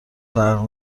برق